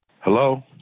Hello